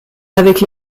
avec